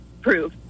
prove